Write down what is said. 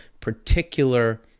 particular